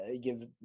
give